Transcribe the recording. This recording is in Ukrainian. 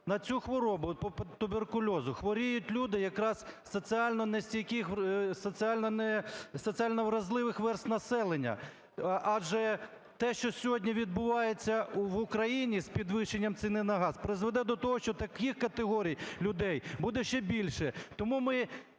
на цю хворобу туберкульозу хворіють люди якраз соціально нестійких, соціально вразливих верств населення, адже те, що сьогодні відбувається в Україні з підвищенням ціни на газ, призведе до того, що таких категорій людей буде ще більше.